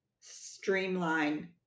streamline